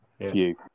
view